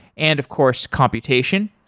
and of course, computation.